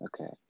Okay